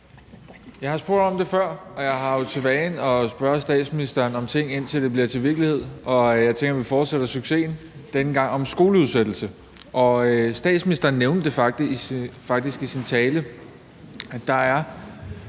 Jeg har spurgt om det før; jeg har jo for vane at spørge statsministeren om ting, indtil de bliver til virkelighed. Jeg tænker, at jeg fortsætter successen – denne gang om skoleudsættelse. Og statsministeren nævnte det faktisk i sin tale, nemlig